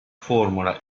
formula